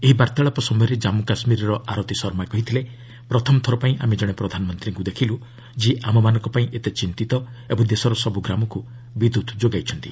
ଏହି ବାର୍ତ୍ତାଳାପ ସମୟରେ ଜନ୍ମୁ କାଶ୍ମୀରର ଆରତୀ ଶର୍ମା କହିଥିଲେ ପ୍ରଥମ ଥରପାଇଁ ଆମେ ଜଣେ ପ୍ରଧାନମନ୍ତ୍ରୀଙ୍କୁ ଦେଖିଲୁ ଯିଏ ଆମମାନଙ୍କପାଇଁ ଏତେ ଚିନ୍ତିତ ଏବଂ ଦେଶର ସବୁ ଗ୍ରାମକୁ ବିଦ୍ୟୁତ୍ ଯୋଗାଇଛନ୍ତି